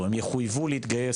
הם יחויבו להתגייס,